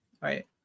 Right